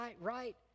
right